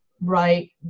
Right